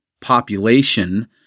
population